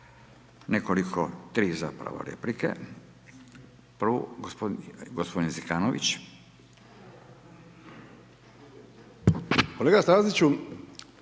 nekoliko, 3 zapravo replike. Prvu, gospodin Zekanović.